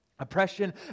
Oppression